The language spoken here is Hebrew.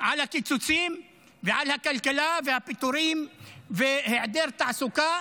על הקיצוצים ועל הכלכלה והפיטורים והיעדר תעסוקה.